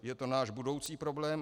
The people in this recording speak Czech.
Je to náš budoucí problém.